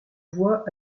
voie